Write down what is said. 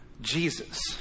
Jesus